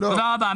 תודה רבה.